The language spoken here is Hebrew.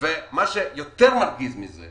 יש כמיליון ימ"מים שמשולמים כרגע במדינת ישראל,